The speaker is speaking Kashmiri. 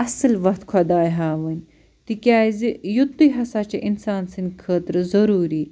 اَصٕل وَتھ خۄداے ہاوٕنۍ تِکیٛازِ یِتُے ہسا چھُ اِنسان سٕنٛدۍ خٲطرٕ ضروٗری